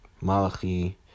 Malachi